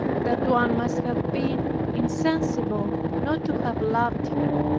that one must have been insensible not to have loved her.